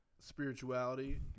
spirituality